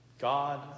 God